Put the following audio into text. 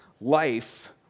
life